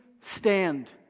stand